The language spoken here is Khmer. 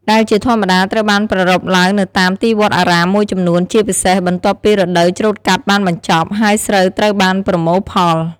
ដែលជាធម្មតាត្រូវបានប្រារព្ធឡើងនៅតាមទីវត្តអារាមមួយចំនួន ជាពិសេស បន្ទាប់ពីរដូវច្រូតកាត់បានបញ្ចប់ ហើយស្រូវត្រូវបានប្រមូលផល។